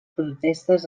protestes